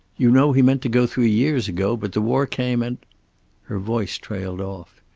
you know he meant to go three years ago, but the war came, and her voice trailed off.